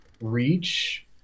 reach